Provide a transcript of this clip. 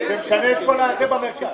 זה משנה את כל הזה במרכז.